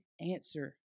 answer